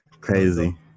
crazy